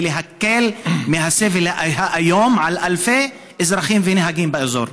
להקל את הסבל של אלפי אזרחים ונהגים באזור.